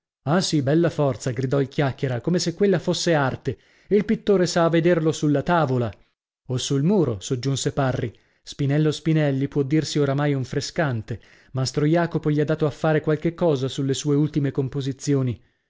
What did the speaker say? ah sì bella forza gridò il chiacchiera come se quella fosse arte il pittore s'ha a vederlo sulla tavola o sul muro soggiunse parri spinello spinelli può dirsi oramai un frescante mastro jacopo gli ha dato a fare qualche cosa sulle sue ultime composizioni